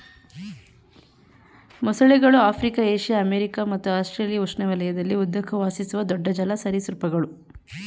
ಮೊಸಳೆಗಳು Africa Asia America ಮತ್ತು Australia ಉಷ್ಣವಲಯದಲ್ಲಿ ಉದ್ದಕ್ಕೂ ವಾಸಿಸುವ ದೊಡ್ಡ ಜಲ ಸರೀಸೃಪಗಳು